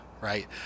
right